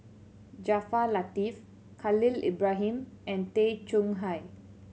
Jaafar Latiff Khalil Ibrahim and Tay Chong Hai